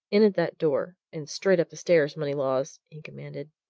in at that door, and straight up the stairs, moneylaws! he commanded.